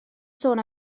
sôn